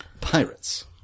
pirates